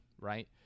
right